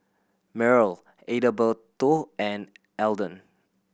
Myrl Adalberto and Alden